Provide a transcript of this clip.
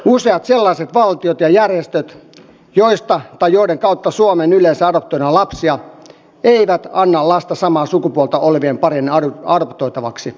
useat sellaiset valtiot ja järjestöt joista tai joiden kautta suomeen yleensä adoptoidaan lapsia eivät anna lasta samaa sukupuolta olevien parien adoptoitavaksi